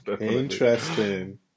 Interesting